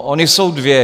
Ona jsou dvě.